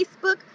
Facebook